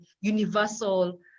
universal